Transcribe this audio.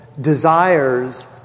desires